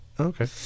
Okay